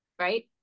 right